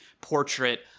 portrait